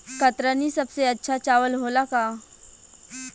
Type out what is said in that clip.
कतरनी सबसे अच्छा चावल होला का?